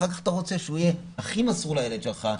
ואח"כ אתה רוצה הוא יהיה הכי מסור לילד שלך,